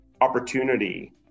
opportunity